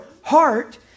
heart